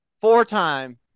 four-time